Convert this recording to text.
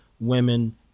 women